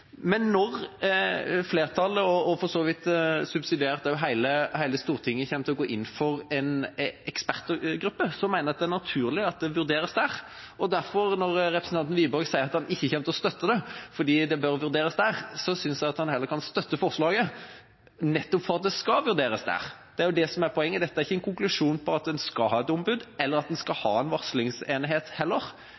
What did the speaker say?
Men når flertallet – og for så vidt subsidiært også hele Stortinget – kommer til å gå inn for en ekspertgruppe, mener jeg det er naturlig at det vurderes der. Og derfor, når representanten Wiborg sier at han ikke kommer til å støtte det fordi det bør vurderes der, synes jeg at han heller kan støtte forslaget, nettopp fordi det skal vurderes der. Det er jo det som er poenget. Dette er ikke en konklusjon på at en skal ha et ombud, eller at en skal